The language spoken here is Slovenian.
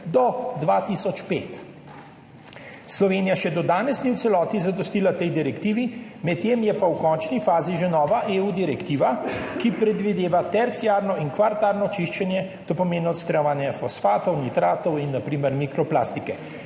do 2005. Slovenija še do danes ni v celoti zadostila tej direktivi, medtem je pa v končni fazi že nova direktiva EU, ki predvideva terciarno in kvartarno čiščenje, to pomeni odstranjevanje fosfatov, nitratov in na primer mikroplastike.